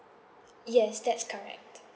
yes that's correct